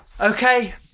Okay